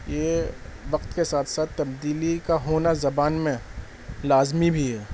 یہ وقت کے ساتھ ساتھ تبدیلی کا ہونا زبان میں لازمی بھی ہے